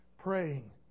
praying